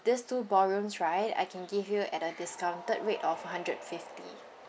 this two ballrooms right I can give you at a discounted rate of hundred fifty